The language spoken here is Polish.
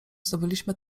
zdobyliśmy